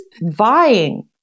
vying